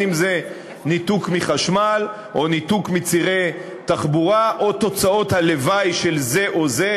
אם ניתוק מחשמל או ניתוק מצירי תחבורה או תוצאות הלוואי של זה או זה.